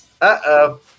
uh-oh